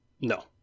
No